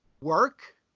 work